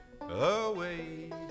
away